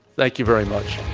like you very much.